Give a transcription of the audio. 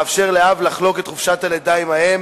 מאפשר לאב לחלוק את חופשת הלידה עם האם